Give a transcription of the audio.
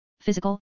physical